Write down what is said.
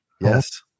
Yes